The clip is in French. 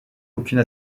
aucune